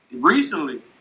Recently